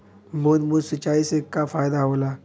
बूंद बूंद सिंचाई से का फायदा होला?